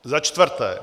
Za čtvrté.